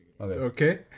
Okay